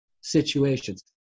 situations